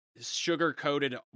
sugar-coated